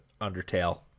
undertale